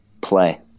play